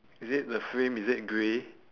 is it the frame is it grey